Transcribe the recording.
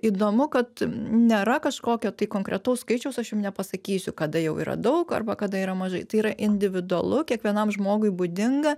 įdomu kad nėra kažkokio tai konkretaus skaičiaus aš jum nepasakysiu kada jau yra daug arba kada yra mažai tai yra individualu kiekvienam žmogui būdinga